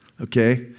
okay